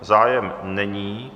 Zájem není.